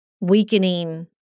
weakening